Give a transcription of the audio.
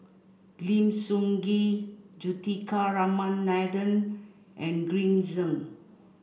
Lim Sun Gee Juthika Ramanathan and Green Zeng